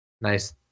nice